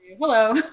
Hello